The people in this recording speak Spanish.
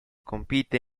compite